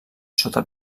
sota